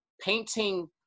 painting